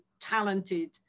talented